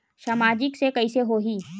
सामाजिक से कइसे होही?